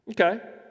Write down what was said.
Okay